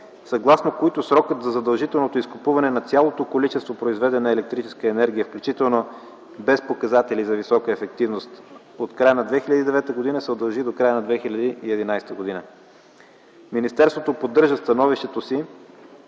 съгласно които срокът за задължителното изкупуване на цялото количество произведена електрическа енергия, включително без показатели за висока ефективност от края на 2009 г. се удължи до края на 2011г. Министерството поддържа становището си,